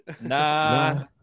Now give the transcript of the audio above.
nah